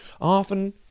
often